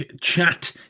Chat